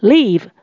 Leave